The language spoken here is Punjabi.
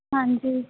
ਹਾਂਜੀ